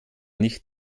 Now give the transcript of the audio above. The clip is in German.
nicht